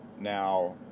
Now